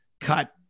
cut